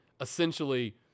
essentially